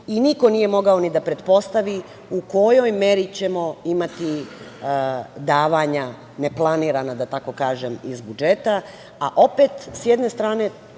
i niko nije mogao ni da pretpostavi u kojoj meri ćemo imati davanja, neplanirana, da kažem, iz budžeta,